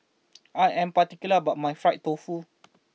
I am particular about my Fried Tofu